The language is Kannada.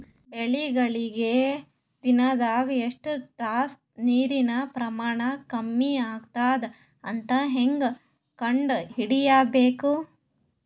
ಬೆಳಿಗಳಿಗೆ ದಿನದಾಗ ಎಷ್ಟು ತಾಸ ನೀರಿನ ಪ್ರಮಾಣ ಕಮ್ಮಿ ಆಗತದ ಅಂತ ಹೇಂಗ ಕಂಡ ಹಿಡಿಯಬೇಕು?